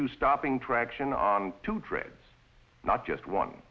you stopping traction on two trains not just one